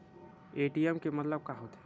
ATM के मतलब का होथे?